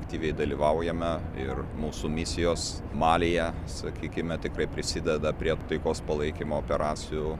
aktyviai dalyvaujame ir mūsų misijos malyje sakykime tikrai prisideda prie taikos palaikymo operacijų